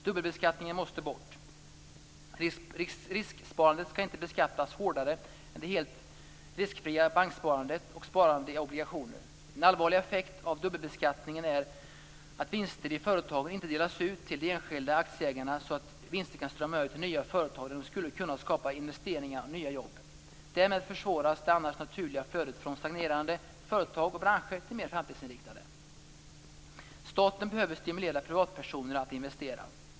Dubbelbeskattningen måste bort. Risksparande skall inte beskattas hårdare än det helt riskfria banksparandet och sparandet i obligationer. En allvarlig effekt av dubbelbeskattningen är att vinster i företagen inte delas ut till de enskilda aktieägarna så att vinster kan strömma över till nya företag där de skulle kunna skapa investeringar och nya jobb. Därmed försvåras det annars naturliga flödet från stagnerande företag och branscher till mer framtidsinriktade. Staten behöver stimulera privatpersoner till att investera.